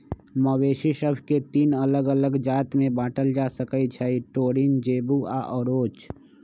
मवेशि सभके तीन अल्लग अल्लग जात में बांटल जा सकइ छै टोरिन, जेबू आऽ ओरोच